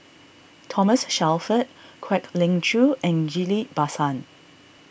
Thomas Shelford Kwek Leng Joo and Ghillie Basan